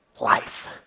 life